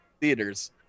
theaters